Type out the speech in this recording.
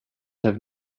have